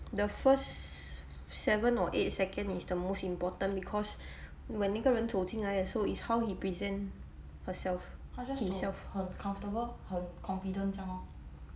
the first seven or eight second is the most important because when 那个人走进来的时候 is how he present herself himself